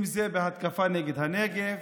אם זה בהתקפה נגד הנגב.